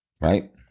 Right